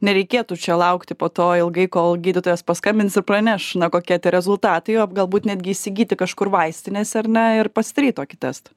nereikėtų čia laukti po to ilgai kol gydytojas paskambins ir praneš na kokie tie rezultatai o galbūt netgi įsigyti kažkur vaistinėse ar ne ir pasidaryt tokį testą